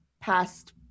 past